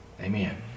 Amen